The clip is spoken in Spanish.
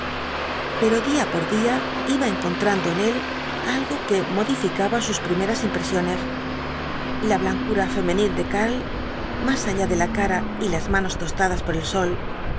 pero día por día iba encontrando en él algo que modificaba sus primeras impresiones la blancura femenil de karl más allá de la cara y las manos tostadas por el sol